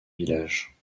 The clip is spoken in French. village